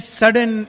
sudden